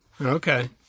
Okay